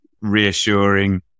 reassuring